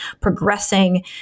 progressing